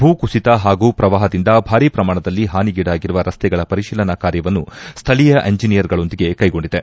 ಭೂಕುಸಿತ ಹಾಗೂ ಪ್ರವಾಹದಿಂದ ಭಾರೀ ಪ್ರಮಾಣದಲ್ಲಿ ಹಾನಿಗೀಡಾಗಿರುವ ರಸ್ತೆಗಳ ಪರಿಶೀಲನಾ ಕಾರ್ಯವನ್ನು ಸ್ಥಳೀಯ ಇಂಜಿನಿಯರ್ಗಳೊಂದಿಗೆ ಕೈಗೊಂಡಿದೆ